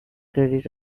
credit